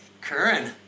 Curran